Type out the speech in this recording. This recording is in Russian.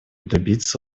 добиться